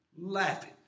Laughing